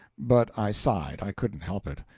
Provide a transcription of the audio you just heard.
but i sighed i couldn't help it.